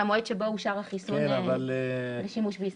מהמועד שבו אושר החיסון לשימוש בישראל.